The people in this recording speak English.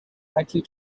likely